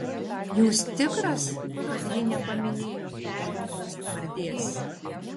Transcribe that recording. jūs tikras kad ji nepaminėjo to žmogaus pavardės